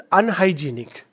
unhygienic